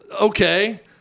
Okay